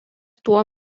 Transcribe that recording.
tuo